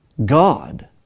God